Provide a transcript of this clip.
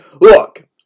Look